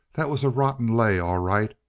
that was a rotten lay, all right.